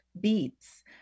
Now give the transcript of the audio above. beets